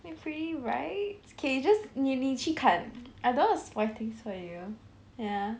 in free rides okay you just 你你去看 I don't want to spoil things for you ya